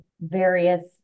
various